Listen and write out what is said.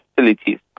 facilities